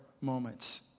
moments